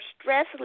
stress